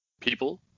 people